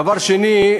דבר שני,